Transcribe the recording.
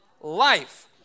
life